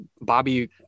Bobby